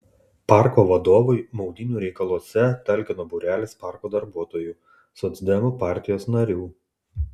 parko vadovui maudynių reikaluose talkino būrelis parko darbuotojų socdemų partijos narių